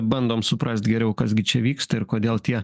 bandom suprast geriau kas gi čia vyksta ir kodėl tie